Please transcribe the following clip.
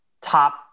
top